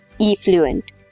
effluent